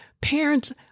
parents